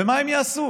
ומה הם יעשו,